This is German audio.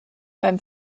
beim